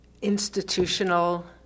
institutional